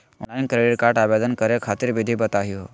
Online credit card आवेदन करे खातिर विधि बताही हो?